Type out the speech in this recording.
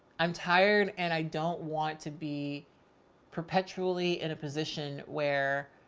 i'm tired. and i don't want to be perpetually in a position where